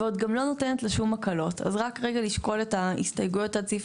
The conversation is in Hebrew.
וגם לא נותנת לה שום הקלות אז רק רגע לשקול את ההסתייגויות עד סעי,